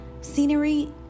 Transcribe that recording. scenery